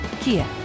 Kia